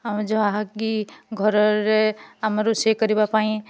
ଆମେ ଯାହାକି ଘରରେ ଆମେ ରୋଷେଇ କରିବା ପାଇଁ